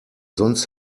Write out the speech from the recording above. sonst